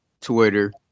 Twitter